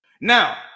Now